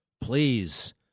please